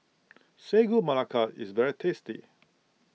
Sagu Melaka is very tasty